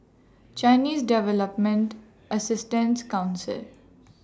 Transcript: Chinese Development Assistant Council